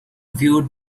viewed